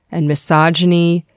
and misogyny,